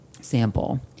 sample